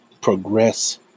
progress